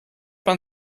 man